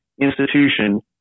institution